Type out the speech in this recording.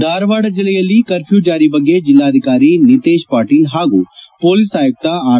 ಧಾರವಾಡ ಜಿಲ್ಲೆಯಲ್ಲಿ ಕರ್ಫ್ಝ ಜಾರಿ ಬಗ್ಗೆ ಜಿಲ್ಲಾಧಿಕಾರಿ ನಿತೇಶ್ ಪಾಟೀಲ್ ಹಾಗೂ ಮೋಲಿಸ್ ಆಯುಕ್ತ ಆರ್